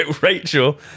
Rachel